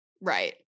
Right